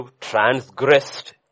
transgressed